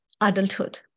adulthood